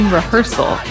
rehearsal